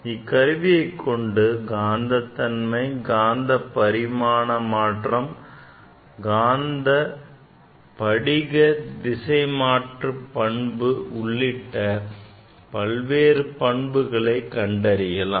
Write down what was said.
இக்கருவியை கொண்டு காந்தத் தன்மை காந்தப் பரிமாண மாற்றம் காந்தபடிக திசைமாறுபாட்டு பண்பு உள்ளிட்ட பல்வேறு பண்புகளை கண்டறியலாம்